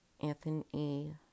Anthony